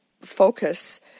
focus